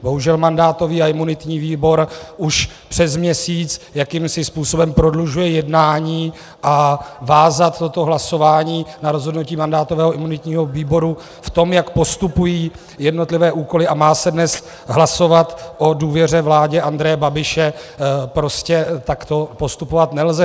Bohužel mandátový a imunitní výbor už přes měsíc jakýmsi způsobem prodlužuje jednání, a vázat toto hlasování na rozhodnutí mandátového a imunitního výboru v tom, jak postupují jednotlivé úkoly, a má se dnes hlasovat o důvěře vládě Andreje Babiše, prostě takto postupovat nelze.